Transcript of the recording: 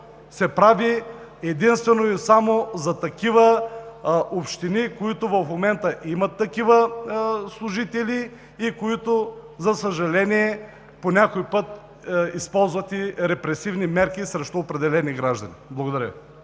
се прави единствено и само за общини, които в момента имат такива служители и които, за съжаление, понякога използват и репресивни мерки срещу определени граждани. Благодаря